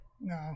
no